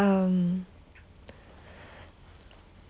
um